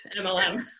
MLM